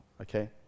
okay